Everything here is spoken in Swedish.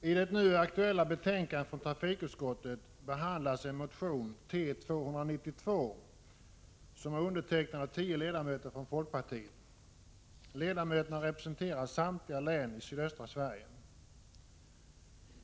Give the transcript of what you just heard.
Fru talman! I det nu aktuella betänkandet från trafikutskottet behandlas en motion, T292, som är undertecknad av tio ledamöter från folkpartiet. Ledamöterna representerar samtliga län i sydöstra Sverige.